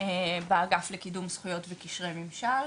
באגף לקידום זכויות וקשרי ממשל.